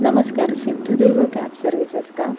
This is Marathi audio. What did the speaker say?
नमस्कार सिंधुदुर्ग कॅब सर्विसेस का